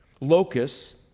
Locusts